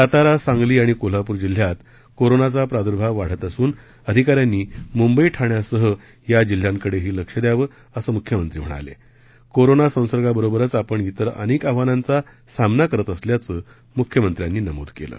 सातारा सांगली आणि कोल्हापूर जिल्ह्यात कोरोना विषाणूचा प्रादूर्भाव वाढत असून अधिकाऱ्यांनी मुंबई ठाण्यासह या जिल्ह्यांकडही लक्ष द्यावं असं मुख्यमंत्री म्हणालकोरोना विषाणू संसर्गाबरोबरच आपण इतर अनक्त आव्हानांचा सामना करत असल्याचं मुख्यमंत्र्यांनी नमूद कल्लि